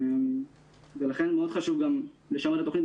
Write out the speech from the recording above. לכן חשוב מאוד לשמר את התוכנית,